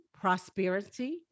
prosperity